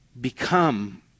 become